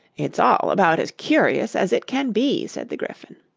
it's all about as curious as it can be said the gryphon.